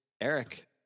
Eric